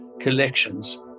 collections